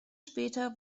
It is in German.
später